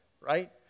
right